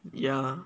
ya